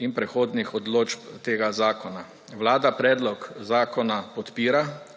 in prehodnih odločb tega zakona. Vlada predlog zakona podpira,